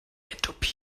entropie